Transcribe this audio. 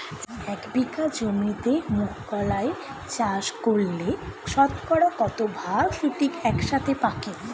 এক বিঘা জমিতে মুঘ কলাই চাষ করলে শতকরা কত ভাগ শুটিং একসাথে পাকে?